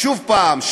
שוב פעם.